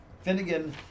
Finnegan